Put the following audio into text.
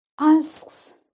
asks